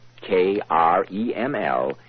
K-R-E-M-L